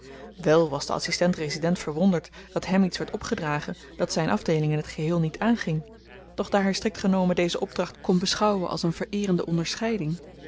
wèl was de adsistent resident verwonderd dat hem iets werd opgedragen dat zyn afdeeling in t geheel niet aanging doch daar hy strikt genomen deze opdracht kon beschouwen als een vereerende onderscheiding